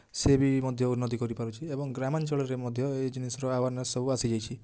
ସେ ବି ମଧ୍ୟ ଉନ୍ନତି କରିପାରୁଛି ଏବଂ ଗ୍ରାମାଞ୍ଚଳରେ ମଧ୍ୟ ଏଇ ଜିନିଷର ଆୱାରନେସ୍ ସବୁ ଆସିଯାଇଛି